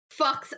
fucks